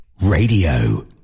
Radio